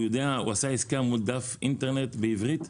הוא עשה עסקה מול דף אינטרנט בעברית?